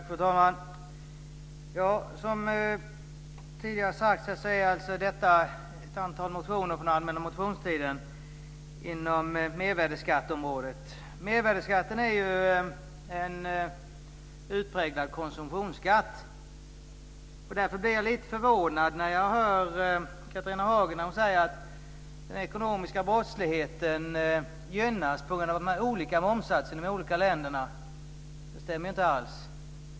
Fru talman! Som tidigare har sagts behandlas här ett antal motioner inom mervärdesskatteområdet som väcktes under den allmänna motionstiden. Mervärdesskatten är en utpräglad konsumtionsskatt. Därför blir jag lite förvånad när jag hör Catharina Hagen säga att den ekonomiska brottsligheten gynnas på grund av de olika momssatserna i de olika länderna. Det stämmer inte alls.